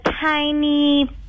tiny